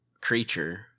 creature